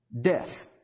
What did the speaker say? death